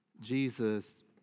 Jesus